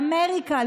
לאמריקה,